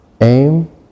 Aim